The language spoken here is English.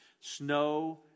Snow